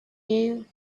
you